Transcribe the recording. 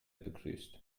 begrüßt